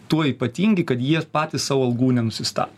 tuo ypatingi kad jie patys sau algų nenusistat